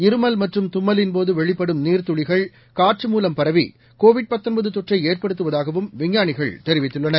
இருமல் மற்றும் தும்மலின்போது வெளிப்படும் நீர்த் துளிகள் காற்று மூலம் பரவி கோவிட் தொற்றை ஏற்படுத்துவதாகவும் விஞ்ஞானிகள் தெரிவித்துள்ளனர்